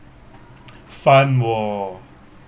fun [wor]